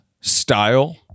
style